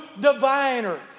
diviner